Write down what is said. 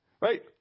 Right